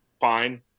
fine